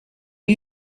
are